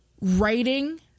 writing